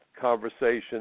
conversation